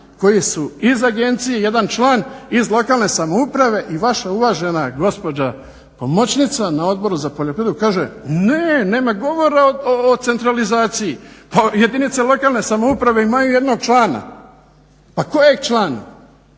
koji su iz agencije jedan član iz lokalne samouprave i vaša uvažena gospođa pomoćnica na Odboru za poljoprivredu kaže, ne nema govora o centralizaciji. Pa jedinice lokalne samouprave imaju jednog člana. Pa kojeg člana?